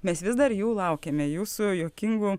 mes vis dar jų laukiame jūsų juokingų